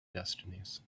destinies